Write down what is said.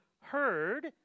heard